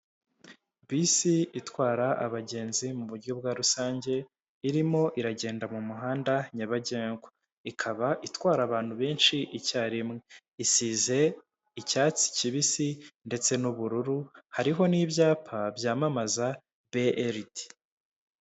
Bisi itwara abagenzi muburyo bwa rusange irimo iragenda mu muhanda nyabagendwa ikaba itwara abantu benshi icyarimwe isize icyatsi kibisi ndetse n'ubururu hariho n'ibyapa byamamaza BRD.